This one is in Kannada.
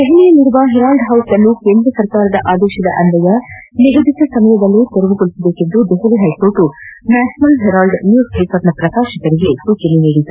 ದೆಹಲಿಯಲ್ಲಿರುವ ಹೆರಾಲ್ಡ್ ಹೌಸ್ ಅನ್ನು ಕೇಂದ್ರ ಸರ್ಕಾರದ ಆದೇಶದನ್ವಯ ನಿಗದಿತ ಸಮಯದಲ್ಲೇ ತೆರವುಗೊಳಿಸುವಂತೆ Delhi High Court National Herald news ಪೇಪರ್ನ ಪ್ರಕಾಶಕರಿಗೆ ಸೂಚನೆ ನೀಡಿದೆ